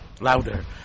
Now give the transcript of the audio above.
louder